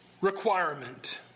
requirement